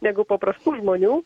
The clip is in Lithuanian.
negu paprastų žmonių